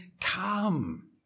come